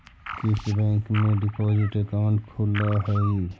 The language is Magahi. किस बैंक में डिपॉजिट अकाउंट खुलअ हई